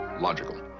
logical